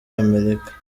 amerika